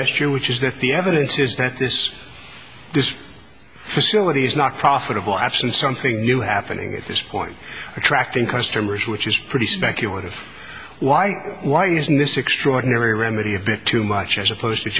issue which is that the evidence is that this this facility is not profitable absent something new happening at this point attracting customers which is pretty speculative why why isn't this extraordinary remedy a bit too much as opposed to